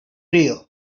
prayer